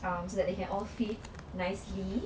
um so that they can all fit nicely